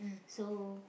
so